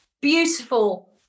beautiful